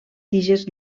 tiges